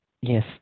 Yes